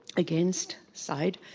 against side.